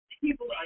people